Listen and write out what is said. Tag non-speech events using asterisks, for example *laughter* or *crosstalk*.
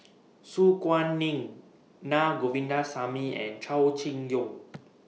Su Guaning Na Govindasamy and Chow Chee Yong *noise*